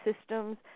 systems